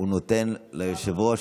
ולדימיר בליאק,